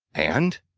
and?